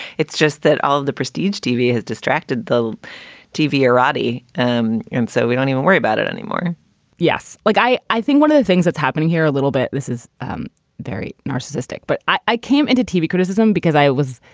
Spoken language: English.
it's just that all of the prestige tv has distracted the tv, arati. um and so we don't even worry about it anymore yes. like, i i think one of the things that's happening here a little bit, this is very narcissistic. but i came into tv criticism because i was